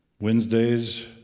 Wednesdays